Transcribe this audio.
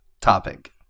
topic